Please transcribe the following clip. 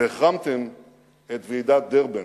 החרמתם את ועידת דרבן.